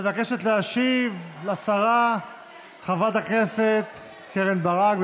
מבקשת להשיב לשרה חברת הכנסת קרן ברק,